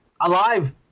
alive